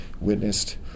witnessed